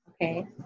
okay